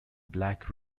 black